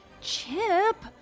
Chip